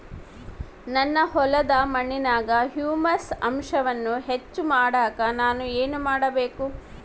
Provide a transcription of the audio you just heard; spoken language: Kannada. ನನ್ನ ಹೊಲದ ಮಣ್ಣಿನಾಗ ಹ್ಯೂಮಸ್ ಅಂಶವನ್ನ ಹೆಚ್ಚು ಮಾಡಾಕ ನಾನು ಏನು ಮಾಡಬೇಕು?